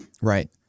right